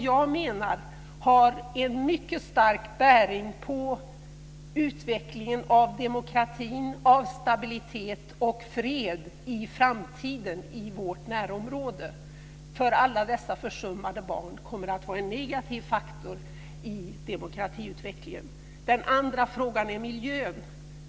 Jag menar att det har en mycket stark bäring på utvecklingen av demokrati, stabilitet och fred i framtiden i vårt närområde. Alla dessa försummade barn kommer att vara en negativ faktor i demokratiutvecklingen. Den andra frågan är miljön.